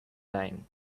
dying